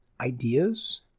ideas